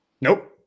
Nope